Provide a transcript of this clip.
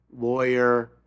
lawyer